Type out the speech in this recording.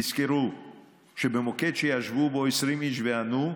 תזכרו שבמוקד שישבו בו 20 איש וענו,